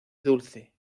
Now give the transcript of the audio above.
dulce